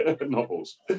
Novels